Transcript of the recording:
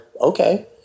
okay